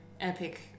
epic